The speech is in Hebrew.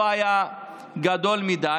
לא היה גדול מדי,